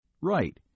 Right